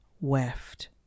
Weft